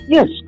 Yes